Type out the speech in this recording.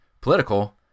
political